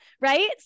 right